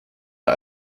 are